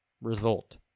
result